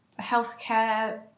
healthcare